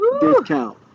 discount